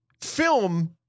film